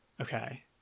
okay